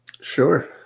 Sure